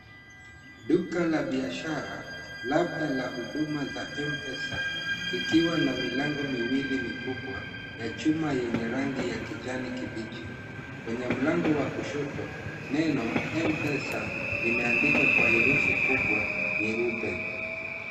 Duka la biashara, labda la huduma za M-pesa zikiwa na milango miwili mikubwa ya chuma yenye rangi ya kijani kibichi. Kwenye mlango wa kushoto, neno M-Pesa limeandikwa kwa herufi kubwa nyeupe.